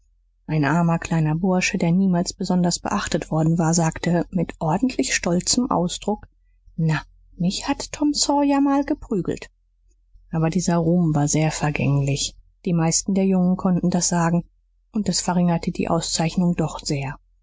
ein armer kleiner bursche der niemals besonders beachtet worden war sagte mit ordentlich stolzem ausdruck na mich hat tom sawyer mal geprügelt aber dieser ruhm war sehr vergänglich die meisten der jungen konnten das sagen und das verringerte die auszeichnung doch sehr